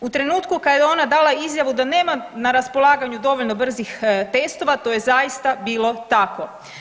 U trenutku kada je ona dala izjavu da nema na raspolaganju dovoljno brzih testova to je zaista bilo tako.